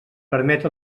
permet